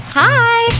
hi